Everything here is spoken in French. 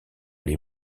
les